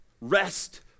Rest